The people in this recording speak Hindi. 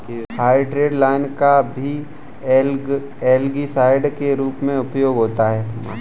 हाइड्रेटेड लाइम का भी एल्गीसाइड के रूप में उपयोग होता है